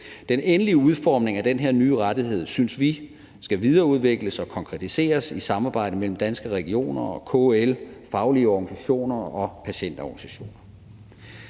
Den endelige udformning af den her nye rettighed synes vi skal videreudvikles og konkretiseres i samarbejde mellem Danske Regioner, KL, faglige organisationer og patientorganisationer.